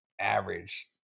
average